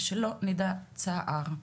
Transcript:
ושלא נדע צער.